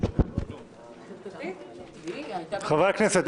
------ חברי הכנסת.